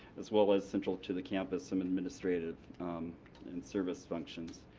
as well as central to the campus some administrative and service functions.